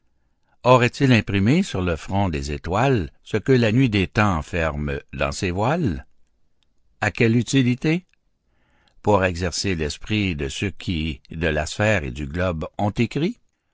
aurait-il imprimé sur le front des étoiles ce que la nuit des temps enferme dans ses voiles à quelle utilité pour exercer l'esprit de ceux qui de la sphère et du globe ont écrit